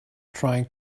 trying